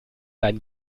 ein